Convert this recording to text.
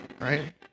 right